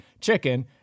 chicken